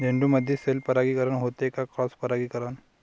झेंडूमंदी सेल्फ परागीकरन होते का क्रॉस परागीकरन?